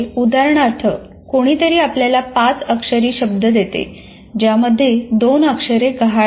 उदाहरणार्थ कोणीतरी आपल्याला पाच अक्षरी शब्द देते ज्यामध्ये दोन अक्षरे गहाळ आहेत